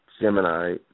Gemini